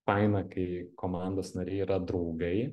faina kai komandos nariai yra draugai